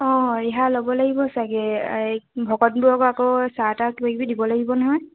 অঁ ৰিহা ল'ব লাগিব চাগে এই ভকতবোৰক আকৌ চাহ টাহ কিবা কিবি দিব লাগিব নহয়